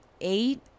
eight